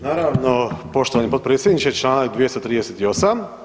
Naravno, poštovani potpredsjedniče, čl. 238.